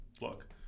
look